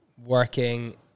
working